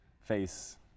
face